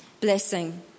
blessing